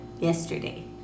yesterday